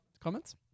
comments